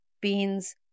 beans